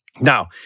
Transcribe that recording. Now